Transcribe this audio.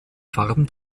farben